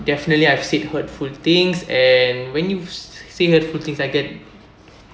definitely I've said hurtful things and when you say hurtful things I get